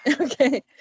Okay